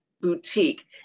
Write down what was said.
boutique